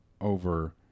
over